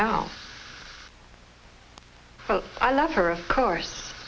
now i love her of course